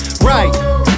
right